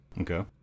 Okay